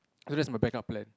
so that's my back up plan